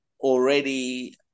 already